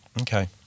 Okay